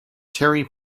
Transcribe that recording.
terry